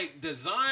design